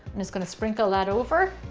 just gonna sprinkle that over.